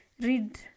read